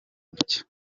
gutya